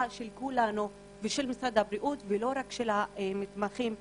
של כולנו ושל משרד הבריאות ולא רק של המתמחים עצמם.